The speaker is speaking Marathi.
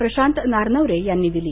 प्रशांत नारनवरे यांनी दिली